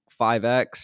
5x